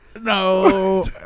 no